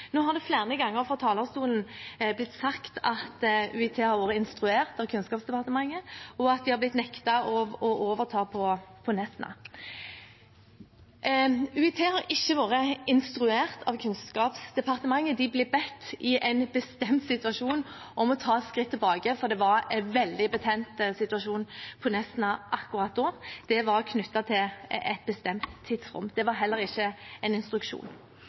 Nå har det flere ganger fra talerstolen blitt sagt at UiT har vært instruert av Kunnskapsdepartementet, og at de har blitt nektet å overta på Nesna. UiT har ikke vært instruert av Kunnskapsdepartementet. De ble i en bestemt situasjon bedt om å ta et skritt tilbake, for det var en veldig betent situasjon på Nesna akkurat da. Det var knyttet til et bestemt tidsrom, det var heller ikke en instruksjon.